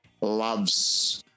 loves